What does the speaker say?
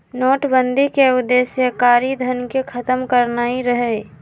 नोटबन्दि के उद्देश्य कारीधन के खत्म करनाइ रहै